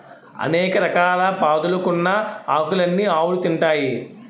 అనేక రకాల పాదులుకున్న ఆకులన్నీ ఆవులు తింటాయి